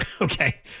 okay